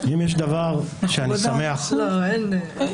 אם יש דבר שאני שמח ----- לא ידידי,